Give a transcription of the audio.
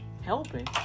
helping